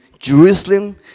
Jerusalem